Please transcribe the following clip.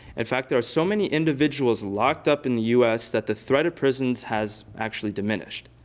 in fact, there are so many individuals locked up in the us that the threat of prisons has actually diminished.